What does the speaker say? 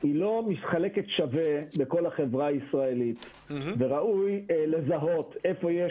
לא מתחלקת שווה בכל החברה הישראלית וראוי לזהות איפה יש